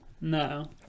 no